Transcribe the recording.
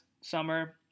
summer